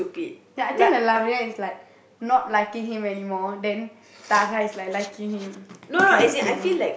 ya I think the Lavania is like not liking him anymore then Tara is like liking him